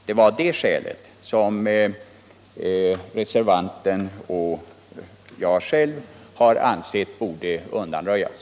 Det var det skälet som reservanten och jag själv ansåg borde undanröjas.